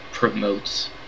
promotes